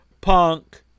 Punk